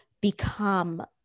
become